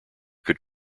could